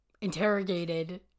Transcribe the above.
interrogated